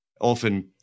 often